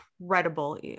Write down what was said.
incredible